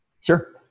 Sure